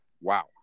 Wow